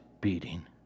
beating